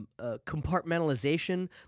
compartmentalization